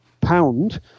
pound